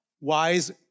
wise